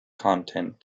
content